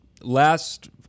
last